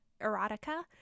erotica